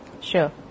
Sure